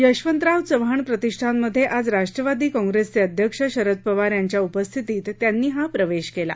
यशवंतराव चव्हाण प्रतिष्ठानमध्ये आज राष्ट्रवादी काँग्रेसचे अध्यक्ष शरद पवार यांच्या उपस्थितीत त्यांनी हा प्रवेश केला